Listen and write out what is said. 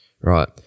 right